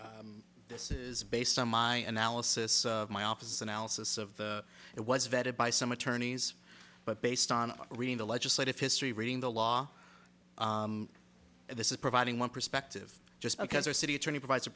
this is based on my analysis my office analysis of it was vetted by some attorneys but based on reading the legislative history reading the law and this is providing one perspective just because your city attorney pr